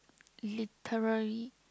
literally